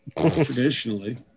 traditionally